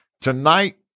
tonight